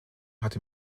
hat